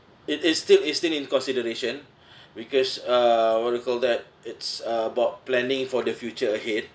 it is still it's still in consideration because uh what do you call that it's uh about planning for the future ahead